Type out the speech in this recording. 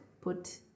put